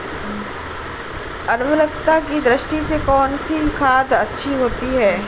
उर्वरकता की दृष्टि से कौनसी खाद अच्छी होती है?